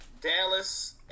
Dallas